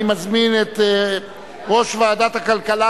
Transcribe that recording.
אני מזמין את יושב-ראש ועדת הכלכלה,